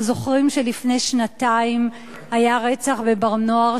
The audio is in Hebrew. אנחנו זוכרים שלפני שנתיים היה רצח ב"בר נוער",